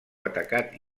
atacat